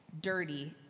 dirty